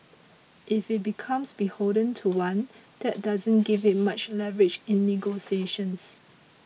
if it becomes beholden to one that doesn't give it much leverage in negotiations